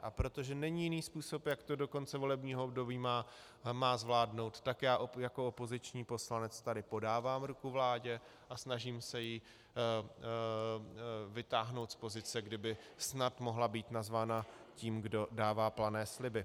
A protože není jiný způsob, jak se to do konce volebního období má zvládnout, tak já jako opoziční poslanec tady podávám ruku vládě a snažím se ji vytáhnout z pozice, kdy by snad mohla být nazvána tím, kdo dává plané sliby.